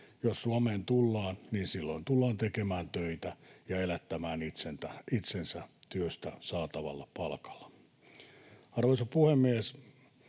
Jos Suomeen tullaan, niin silloin tullaan tekemään töitä ja elättämään itsensä työstä saatavalla palkalla. Arvoisa puhemies!